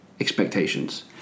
expectations